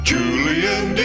Julian